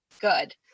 good